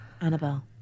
Annabelle